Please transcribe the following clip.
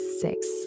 six